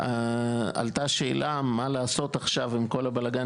עלתה שאלה מה לעשות עכשיו עם כל הבלאגן